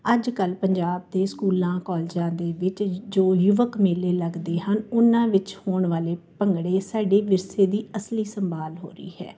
ਅੱਜ ਕੱਲ੍ਹ ਪੰਜਾਬ ਦੇ ਸਕੂਲਾਂ ਕੋਲਜਾਂ ਦੇ ਵਿੱਚ ਜੋ ਯੁਵਕ ਮੇਲੇ ਲੱਗਦੇ ਹਨ ਉਹਨਾਂ ਵਿੱਚ ਹੋਣ ਵਾਲੇ ਭੰਗੜੇ ਸਾਡੇ ਵਿਰਸੇ ਦੀ ਅਸਲੀ ਸੰਭਾਲ ਹੋ ਰਹੀ ਹੈ